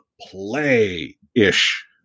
play-ish